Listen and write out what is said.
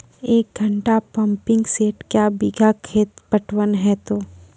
एक घंटा pumping set क्या बीघा खेत पटवन है तो?